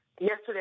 Yesterday